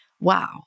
wow